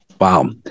Wow